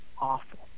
awful